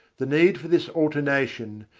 the need for this alternation,